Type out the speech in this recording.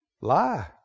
Lie